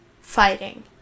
fighting